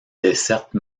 desserte